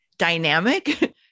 dynamic